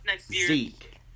Zeke